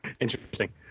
Interesting